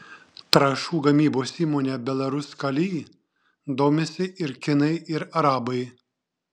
trąšų gamybos įmone belaruskalij domisi ir kinai ir arabai